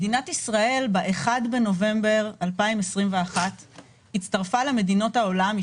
מדינת ישראל ב-1 בנובמבר 2021 הצטרפה למדינות העולם,